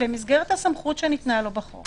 במסגרת הסמכות שניתנה לו בחוק